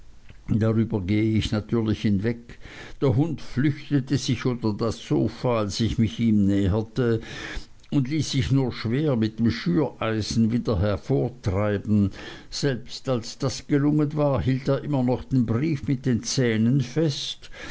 darüber gehe ich natürlich hinweg der hund flüchtete sich unter das sofa als ich mich ihm näherte und ließ sich nur sehr schwer mit dem schüreisen wieder hervortreiben selbst als das gelungen war hielt er immer noch den brief mit den zähnen fest